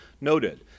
noted